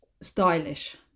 stylish